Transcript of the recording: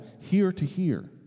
here-to-here